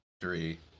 three